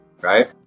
right